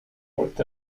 worked